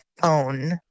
phone